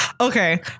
Okay